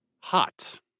Hot